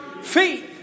feet